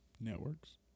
Networks